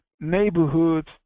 neighborhoods